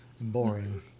boring